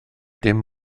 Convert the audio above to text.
dim